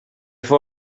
fou